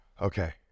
Okay